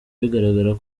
bigaragara